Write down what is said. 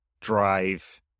drive